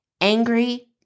angry